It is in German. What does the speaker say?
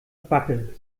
backe